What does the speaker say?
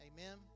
Amen